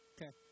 Okay